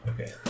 Okay